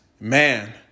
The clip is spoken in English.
man